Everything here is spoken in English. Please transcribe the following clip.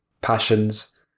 passions